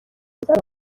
بذار